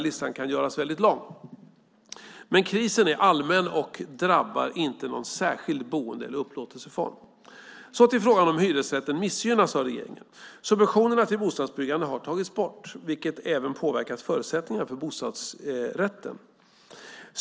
Listan kan göras lång. Men krisen är allmän och drabbar inte någon särskild boende eller upplåtelseform. Så till frågan om hyresrätten missgynnas av regeringen. Subventionerna till bostadsbyggande har tagits bort, vilket även påverkat förutsättningarna för bostadsrätten.